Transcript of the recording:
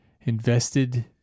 invested